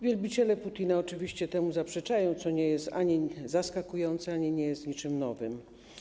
Wielbiciele Putina oczywiście temu zaprzeczają, co nie jest ani zaskakujące, ani nie jest niczym nowym.